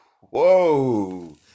whoa